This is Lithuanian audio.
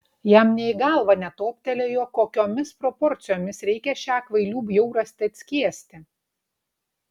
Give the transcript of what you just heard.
jam nė į galvą netoptelėjo kokiomis proporcijomis reikia šią kvailių bjaurastį atskiesti